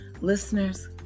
Listeners